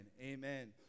amen